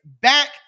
back